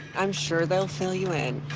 i'm sure they'll fill you in.